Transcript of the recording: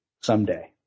someday